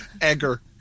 Egger